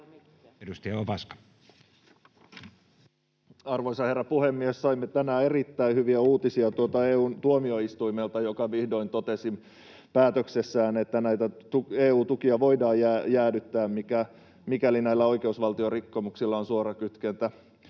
Arvoisa herra puhemies! Saimme tänään erittäin hyviä uutisia tuolta EU:n tuomioistuimelta, joka vihdoin totesi päätöksessään, että EU-tukia voidaan jäädyttää, mikäli näillä oikeusvaltiorikkomuksilla on suora kytkentä